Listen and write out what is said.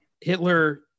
Hitler